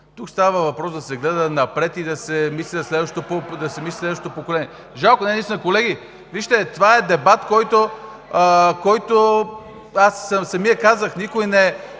Тук става въпрос да се гледа напред и да се мисли за следващото поколение. Жалко, наистина, колеги! Вижте, това е дебат, за който аз самият казах, че никой не